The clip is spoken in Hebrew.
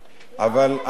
אבל אנחנו,